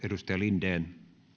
edustaja linden